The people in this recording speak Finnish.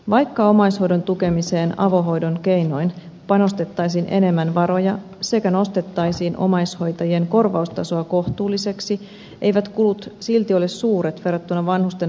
vaikka omaishoidon tukemiseen avohoidon keinoin panostettaisiin enemmän varoja sekä nostettaisiin omaishoitajien korvaustaso kohtuulliseksi eivät kulut silti ole suuret verrattuna vanhusten laitoshoitoon